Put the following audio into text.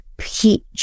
Peach